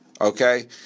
Okay